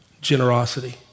generosity